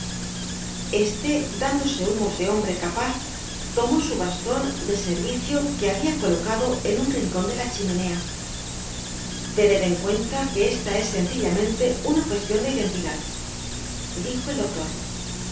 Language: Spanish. este dándose humos de hombre capaz tomó su baston de servicio que halia colocado en un rincon de la chimenea tened en cuenta qfe esta es sencillamente una cuestion de identidad dijo el doctor